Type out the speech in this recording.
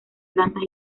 plantas